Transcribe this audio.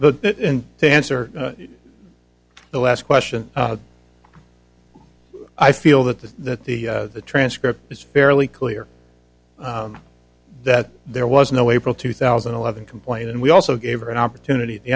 the to answer the last question i feel that the that the transcript is fairly clear that there was no april two thousand and eleven complaint and we also gave her an opportunity at the